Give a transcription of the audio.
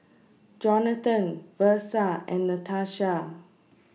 Johnathan Versa and Natasha